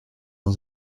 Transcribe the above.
van